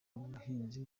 buhinzi